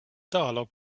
dialog